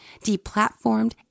deplatformed